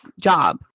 job